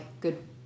good